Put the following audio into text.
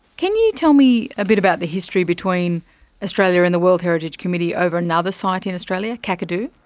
can you tell me a bit about the history between australia and the world heritage committee over another site in australia, kakadu?